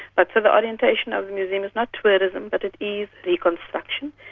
but so the orientation of the museum is not tourism, but it is reconstruction,